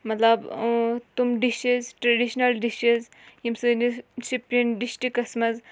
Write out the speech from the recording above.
مطلب تِم dishes traditional dishes یِم سٲنِس شُپیَن ڈِشٹِکَس منٛز